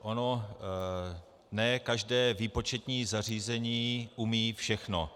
Ono ne každé výpočetní zařízení umí všechno.